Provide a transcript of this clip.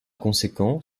conséquent